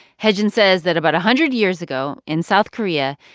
heijin says that about a hundred years ago in south korea,